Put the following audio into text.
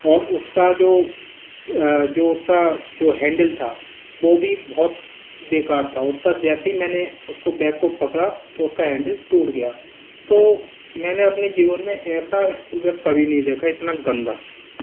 और उसका जो जो उसका जो हैंडल था बो भी बहुत बेकार था उसका जैसी मैंने उसको बैक को पकड़ा तो उसका हैंडिल टूट गया तो मैंने अपने जीवन में ऐसा स्कूल बैग कभी नहीं देखा इतना गंदा